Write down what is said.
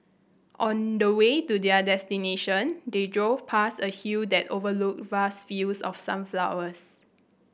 on the way to their destination they drove past a hill that overlooked vast fields of sunflowers